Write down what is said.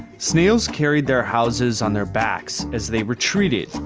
snails carried their houses on their backs as they retreated,